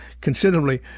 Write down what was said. considerably